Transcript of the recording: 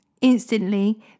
Instantly